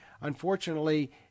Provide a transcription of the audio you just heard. Unfortunately